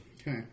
Okay